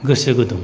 गोसो गुदुं